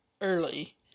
early